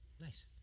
Nice